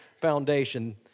foundation